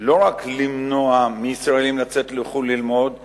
לא רק למנוע מישראלים לצאת לחוץ-לארץ ללמוד,